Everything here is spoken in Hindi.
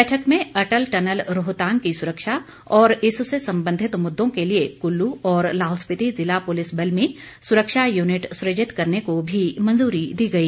बैठक में अटल टनल रोहतांग की सुरक्षा और इससे संबंधित मुद्दों के लिए कुल्लू और लाहौल स्पिति ज़िला पुलिस बल में सुरक्षा यूनिट सुजित करने को भी मंजूरी दी गई